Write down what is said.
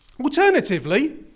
Alternatively